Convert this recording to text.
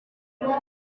inaha